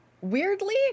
weirdly